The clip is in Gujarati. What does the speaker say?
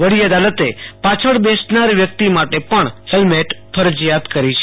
વડી અદાલતે પાછળ બેસનાર વ્યક્તિ માટે પણ હેલ્મેટ ફરજીયાત કરી છે